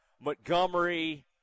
Montgomery